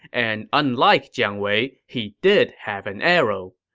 and unlike jiang wei, he did have an arrow.